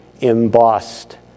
embossed